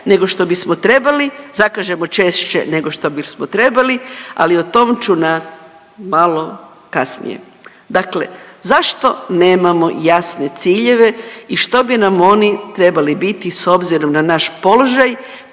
nego što bismo trebali, zakažemo češće nego što bismo trebali, ali o tom ću na, malo kasnije. Dakle, zašto nemamo jasne ciljeve i što bi nam oni trebali biti s obzirom na naš položaj